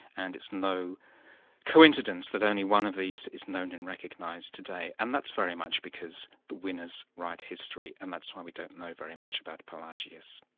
and it's no coincidence that only one of these is known and recognised today, and that's very much because the winners write history, and that's why we don't know very much about pelagius.